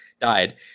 died